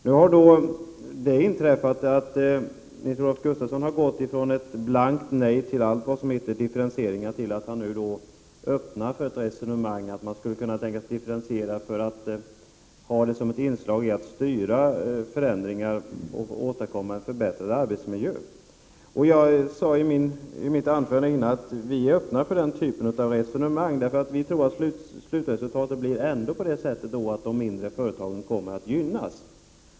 Nu har Nils-Olof Gustafsson, från att ha sagt blankt nej till allt som heter differentieringar, blivit öppen för ett resonemang om att man skulle kunna ha vissa differentieringar för att styra förändringar och åstadkomma en förbättrad arbetsmiljö. Jag sade i mitt tidigare inlägg att vi i centern är öppna för den typen av resonemang. Vi tror nämligen att slutresultatet ändå blir att de mindre företagen kommer att gynnas.